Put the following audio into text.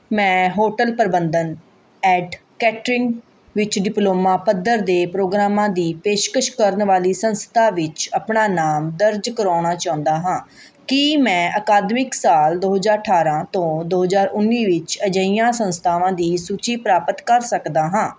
ਮੈਂ ਹੋਟਲ ਪ੍ਰਬੰਧਨ and catering ਵਿੱਚ ਡਿਪਲੋਮਾ ਪੱਧਰ ਦੇ ਪ੍ਰੋਗਰਾਮਾਂ ਦੀ ਪੇਸ਼ਕਸ਼ ਕਰਨ ਵਾਲੀ ਸੰਸਥਾ ਵਿੱਚ ਆਪਣਾ ਨਾਮ ਦਰਜ ਕਰਵਾਉਣਾ ਚਾਹੁੰਦਾ ਹਾਂ ਕੀ ਮੈਂ ਅਕਾਦਮਿਕ ਸਾਲ ਦੋ ਹਜ਼ਾਰ ਆਠਾਰ੍ਹਾਂ ਤੋਂ ਦੋ ਹਜ਼ਾਰ ਉੱਨੀ ਵਿੱਚ ਅਜਿਹੀਆਂ ਸੰਸਥਾਵਾਂ ਦੀ ਸੂਚੀ ਪ੍ਰਾਪਤ ਕਰ ਸਕਦਾ ਹਾਂ